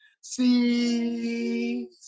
See